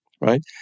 right